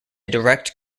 direct